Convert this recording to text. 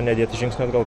nedėti žingsnio atgal